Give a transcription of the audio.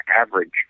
average